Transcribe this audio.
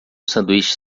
sanduíche